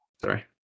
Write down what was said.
Sorry